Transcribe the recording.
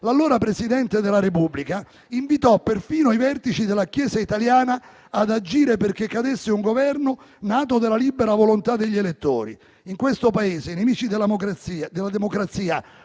l'allora Presidente della Repubblica invitò perfino i vertici della Chiesa italiana ad agire perché cadesse un Governo nato dalla libera volontà degli elettori. In questo Paese i nemici della democrazia